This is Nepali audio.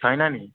छैन नि